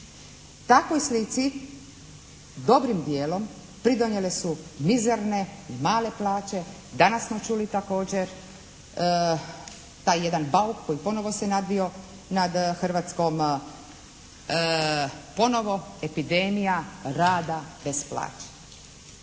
Takvoj slici dobrim dijelom pridonijele su mizerne i male plaće. Danas smo čuli također taj jedan bauk koji ponovno se nadvio nad Hrvatskom ponovo epidemija rada bez plaće.